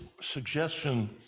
suggestion